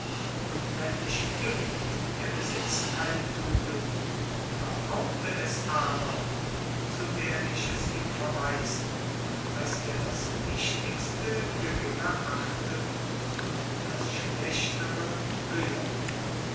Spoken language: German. und wenn mich dünkt er besitze keine tugend behaupte es aber so werde ich es ihm verweisen daß er das wichtigste geringer achtet und das schlechtere höher